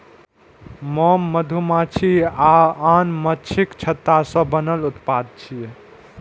मोम मधुमाछी आ आन माछीक छत्ता सं बनल उत्पाद छियै